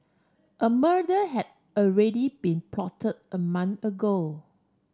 a murder had already been plotted a month ago